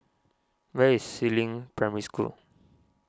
where is Si Ling Primary School